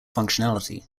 functionality